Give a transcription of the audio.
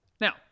Now